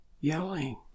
yelling